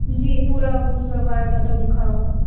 जी पूरा उसमें बायोडाटा लिखा हुआ है